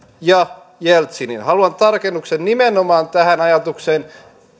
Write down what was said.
ja jeltsinin haluan tarkennuksen nimenomaan tähän ajatukseen